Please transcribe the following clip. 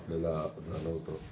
आपल्याला जाणवतं